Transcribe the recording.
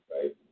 Right